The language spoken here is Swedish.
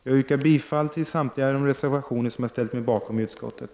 Jag yrkar bifall till samtliga de reservationer som jag ställt mig bakom i utskottet.